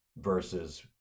versus